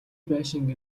байшинг